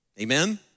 amen